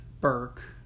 Burke